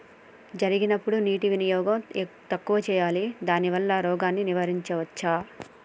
జరిగినప్పుడు నీటి వినియోగం తక్కువ చేయాలి దానివల్ల రోగాన్ని నివారించవచ్చా?